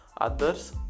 Others